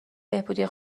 بهبودی